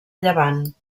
llevant